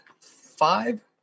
five